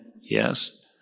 yes